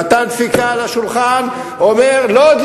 נתן דפיקה על השולחן ואומר: לוד,